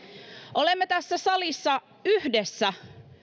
olemme tässä salissa yhdessä